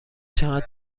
چقدر